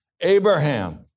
Abraham